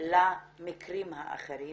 למקרים האחרים